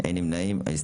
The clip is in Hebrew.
אין נמנעים?